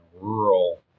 rural